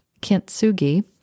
Kintsugi